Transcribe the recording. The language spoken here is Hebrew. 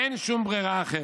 אין שום ברירה אחרת.